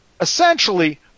essentially